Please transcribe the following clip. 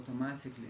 automatically